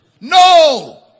No